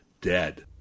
dead